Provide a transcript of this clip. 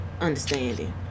understanding